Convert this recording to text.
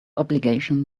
obligation